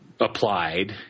applied